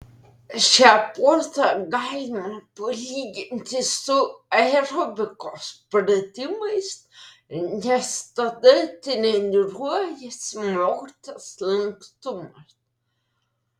šią pozą galima palyginti su aerobikos pratimais nes tada treniruojasi moters lankstumas